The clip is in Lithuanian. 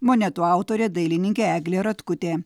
monetų autorė dailininkė eglė ratkutė